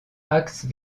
axe